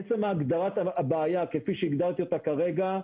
עצם הגדרת הבעיה כפי שהגדרתי אותה כרגע,